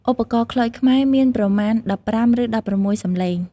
ឧបករណ៍ខ្លុយខ្មែរមានប្រមាណ ១៥ ឬ ១៦ សំឡេង។